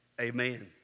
amen